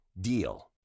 DEAL